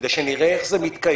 כדי שנראה איך זה מתקיים,